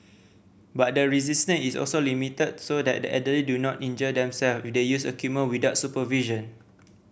but the resistance is also limited so that the elderly do not injure themselves if they use equipment without supervision